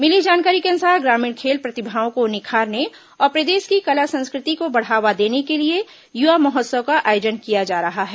मिली जानकारी के अनुसार ग्रामीण खेल प्रतिभाओं को निखारने और प्रदेश की कला संस्कृति को बढ़ावा देने के लिए युवा महोत्सव का आयोजन किया जा रहा है